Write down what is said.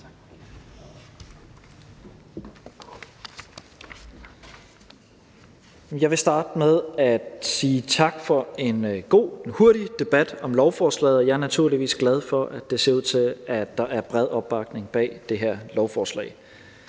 Jeg vil starte med at sige tak for en god og en hurtig debat om lovforslaget, og jeg er naturligvis glad for, at det ser ud til, at der er bred opbakning til det her lovforslag.